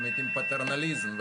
עם פטרנליזם,